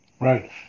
Right